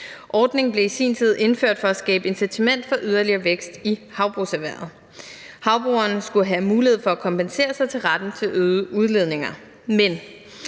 Ordningen blev i sin tid indført for at skabe incitament for yderligere vækst i havbrugserhvervet. Havbrugerne skulle have mulighed for at kompensere sig til retten til øgede udledninger.